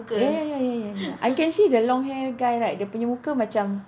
ya ya ya ya ya ya I can see the long hair guy right dia punya muka macam